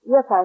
Yes